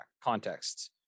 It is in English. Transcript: contexts